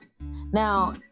Now